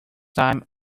time